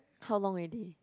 how long already